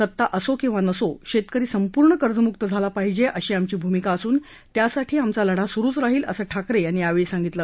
सता असो किंवा नसो शेतकरी संपूर्ण कर्जम्क्त झाला पाहिजे ही आमची भूमिका असून त्यासाठी आमचा लढा स्रूच राहील असं ठाकरे यांनी सांगितलं